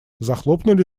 захлопнули